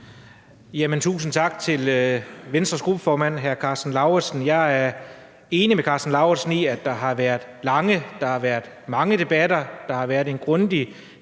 Tusind tak til Venstres gruppeformand, hr. Karsten Lauritzen. Jeg er enig med hr. Karsten Lauritzen i, at der har været lange og der har været mange